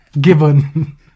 given